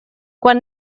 quan